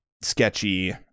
sketchy